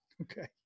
Okay